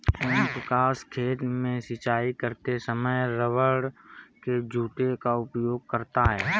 ओम प्रकाश खेत में सिंचाई करते समय रबड़ के जूते का उपयोग करता है